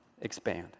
expand